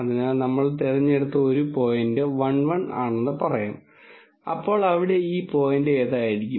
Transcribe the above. അതിനാൽ നമ്മൾ തിരഞ്ഞെടുത്ത ഒരു പോയിന്റ് 1 1 ആണെന്ന് പറയാം അപ്പോൾ ഇവിടെ ഈ പോയിന്റ് ഏതായിരിക്കും